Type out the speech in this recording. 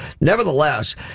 nevertheless